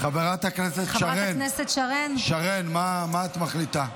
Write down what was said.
חברת הכנסת שרן, מה את מחליטה?